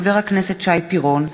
דב חנין ועפו אגבאריה,